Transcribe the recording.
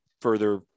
further